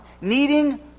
needing